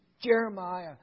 Jeremiah